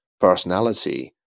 personality